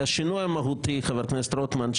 חבר הכנסת רוטמן,